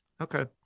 Okay